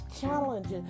challenges